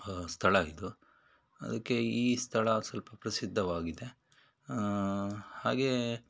ಸ್ಥಳ ಇದು ಅದಕ್ಕೆ ಈ ಸ್ಥಳ ಸ್ವಲ್ಪ ಪ್ರಸಿದ್ದವಾಗಿದೆ ಹಾಗೆ